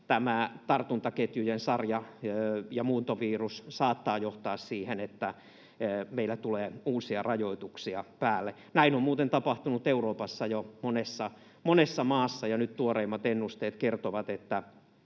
tämä tartuntaketjujen sarja ja muuntovirus saattavat johtaa siihen, että meillä tulee uusia rajoituksia päälle. Näin on muuten tapahtunut Euroopassa jo monessa maassa, ja nyt tuoreimmat ennusteet kertovat, että